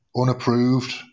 unapproved